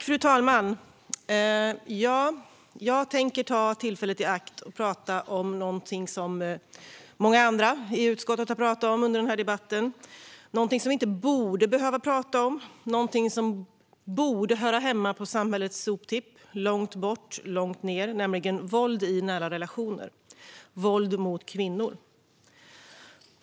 Fru talman! Jag tänker ta tillfället i akt att tala om någonting som många andra i utskottet har talat om under denna debatt. Det är någonting som vi inte borde behöva tala om och som borde höra hemma på samhällets soptipp, långt bort och långt ned: våld i nära relationer och våld mot kvinnor.